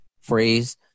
phrase